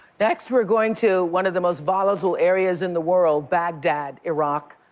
next, we're going to one of the most volatile areas in the world, baghdad, iraq.